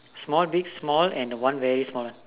small big small and one very small